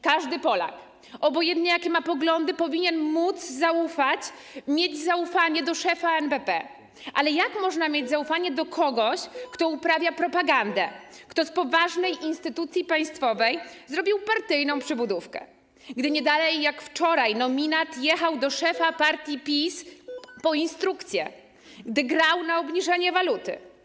Każdy Polak, obojętnie jakie ma poglądy, powinien móc zaufać i mieć zaufanie do szefa NBP, ale jak można mieć zaufanie do kogoś, kto uprawia propagandę, kto z poważnej instytucji państwowej zrobił partyjną przybudówkę, gdy nie dalej jak wczoraj nominat jechał do szefa partii PiS po instrukcję, gdy grał na obniżanie waluty.